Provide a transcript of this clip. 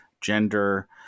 gender